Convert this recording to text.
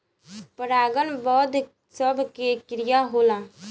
परागन पौध सभ के क्रिया होला